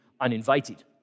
uninvited